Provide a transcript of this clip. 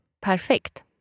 Perfect